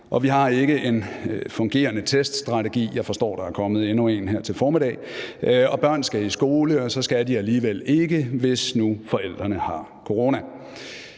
vi har ikke en fungerende teststrategi – jeg forstår, at der er kommet endnu en her til formiddag – børn skal i skole, og så skal de alligevel ikke, hvis nu forældrene har corona.